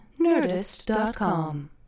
Nerdist.com